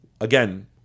again